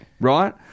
right